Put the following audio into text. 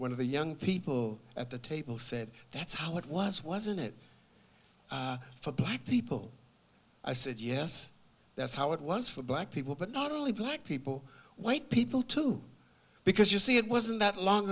one of the young people at the table said that's how it was wasn't it for black people i said yes that's how it was for black people but not only black people white people too because you see it wasn't that long